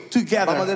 together